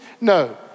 No